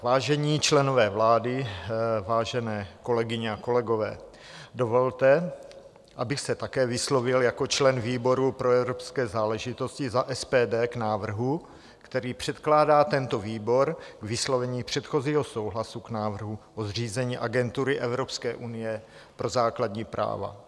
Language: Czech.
Vážení členové vlády, vážené kolegyně a kolegové, dovolte, abych se také vyslovil jako člen výboru pro evropské záležitosti za SPD k návrhu, který předkládá tento výbor k vyslovení předchozího souhlasu k návrhu o zřízení Agentury Evropské unie pro základní práva.